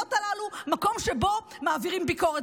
ההיעלבויות הללו במקום שבו מעבירים ביקורת,